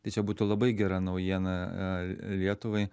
tai čia būtų labai gera naujiena lietuvai